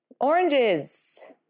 Oranges